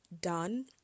done